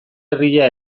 herria